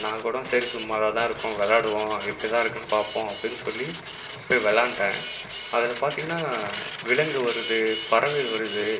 நான் கூட சரி சுமாராக தான் இருக்கும் விளையாடுவோம் எப்படி தான் இருக்குதுன்னு பார்ப்போம் அப்படின்னு சொல்லி போய் விளையாண்டேன் அதில் பார்த்திங்கனா விலங்கு வருது பறவை வருது